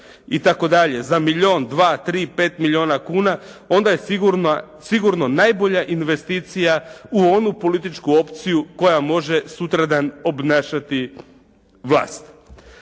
i tako dalje za milijun, dva, tri, pet milijuna kuna onda je sigurno najbolja investicija u onu političku opciju koja može sutradan obnašati vlast.